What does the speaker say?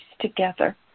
together